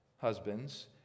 husbands